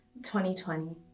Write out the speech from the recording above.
2020